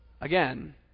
Again